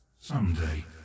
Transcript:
someday